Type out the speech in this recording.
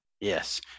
Yes